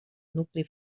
nucli